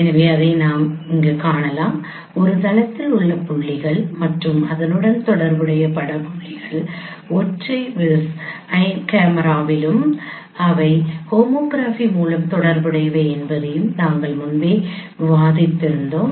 எனவே அதை நாம் காணலாம் ஒரு தளத்தில் உள்ள புள்ளிகள் மற்றும் அதனுடன் தொடர்புடைய பட புள்ளிகள் ஒற்றை விஸ் அயன் கேமராவிலும் அவை ஹோமோகிராஃபி மூலம் தொடர்புடையவை என்பதையும் நாங்கள் முன்பே விவாதித்தோம்